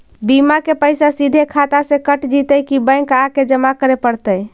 बिमा के पैसा सिधे खाता से कट जितै कि बैंक आके जमा करे पड़तै?